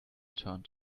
turned